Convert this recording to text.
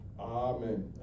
Amen